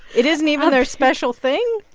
it isn't even their special thing.